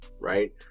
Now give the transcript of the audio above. Right